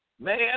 Man